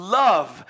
love